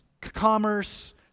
commerce